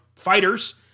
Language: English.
fighters